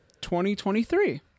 2023